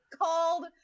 called